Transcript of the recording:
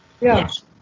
Yes